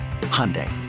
Hyundai